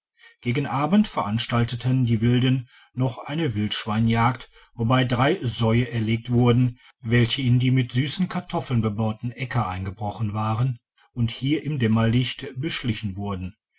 gegen abend veranstalteten die wilden noch eine wildschweinjagd wobei drei säue erlegt wurden welche in die mit süssen kartoffeln bebauten aecker eingebrochen waren und hier im dämmerlicht beschlichen wurden